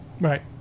Right